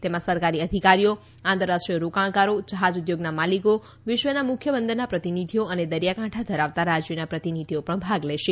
તેમાં સરકારી અધિકારીઓ આંતરરાષ્ટ્રીય રોકાણકારો જહાજ ઉદ્યોગના માલિકો વિશ્વના મુખ્ય બંદરના પ્રતિનિધીઓ અને દરિયાકાંઠા ધરાવતા રાજ્યોના પ્રતિનિધીઓ પણ ભાગ લેશે